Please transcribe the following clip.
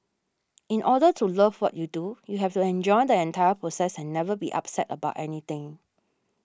in order to love what you do you have to enjoy the entire process and never be upset about anything